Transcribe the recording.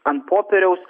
ant popieriaus